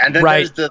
Right